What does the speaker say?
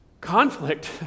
conflict